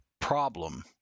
problem